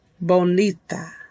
Bonita